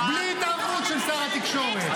בלי התערבות של התקשורת.